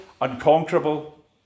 unconquerable